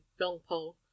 longpole